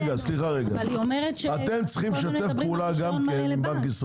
אבל היא אומרת שמדברים על רישיון מלא לבנק.